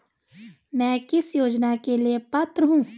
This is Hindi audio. मैं किस योजना के लिए पात्र हूँ?